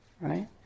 right